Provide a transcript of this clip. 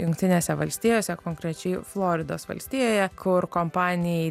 jungtinėse valstijose konkrečiai floridos valstijoje kur kompanijai